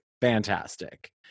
Fantastic